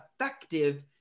effective